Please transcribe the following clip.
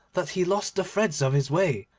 that he lost the threads of his way,